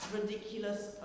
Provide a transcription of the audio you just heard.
Ridiculous